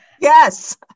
Yes